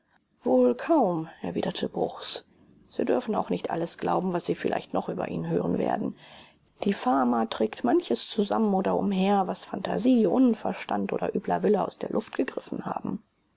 wohl kaum erwiderte bruchs sie dürfen auch nicht alles glauben was sie vielleicht noch über ihn hören werden die fama trägt manches zusammen oder umher was phantasie unverstand oder übler wille aus der luft gegriffen haben